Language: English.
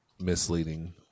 misleading